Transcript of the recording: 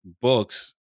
books